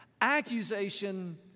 Accusation